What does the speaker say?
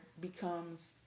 becomes